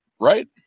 right